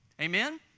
Amen